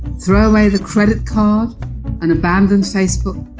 throw away the credit card and abandon facebook?